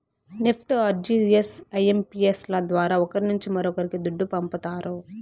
NEFT, RTGS, IMPS ల ద్వారా ఒకరి నుంచి మరొక్కరికి దుడ్డు పంపతారు